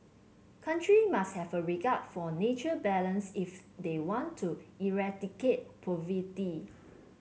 countries must have a regard for nature balance if they want to eradicate poverty